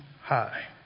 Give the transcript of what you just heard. high